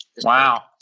Wow